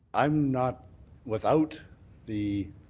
i am not without the